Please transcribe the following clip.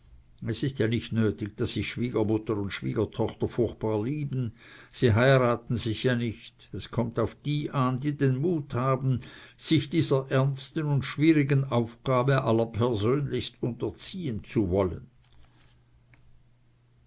es ist ja nicht nötig daß sich schwiegermutter und schwiegertochter furchtbar lieben sie heiraten sich ja nicht es kommt auf die an die den mut haben sich dieser ernsten und schwierigen aufgabe allerpersönlichst unterziehen zu wollen